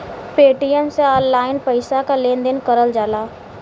Paytm से online पइसा क लेन देन करल जाला